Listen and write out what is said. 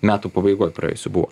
metų pabaigoj praėjusių buvo